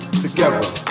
together